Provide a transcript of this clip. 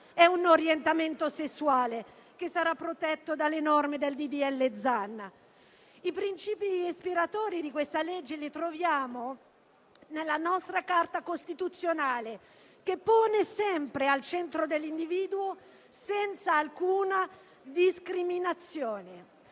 è un orientamento sessuale, che sarà protetto dalle norme del disegno di legge Zan. I principi ispiratori di questa legge li troviamo nella nostra Carta costituzionale, che pone sempre al centro l'individuo, senza alcuna discriminazione.